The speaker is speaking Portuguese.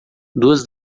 duas